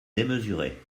démesurée